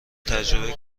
تجربه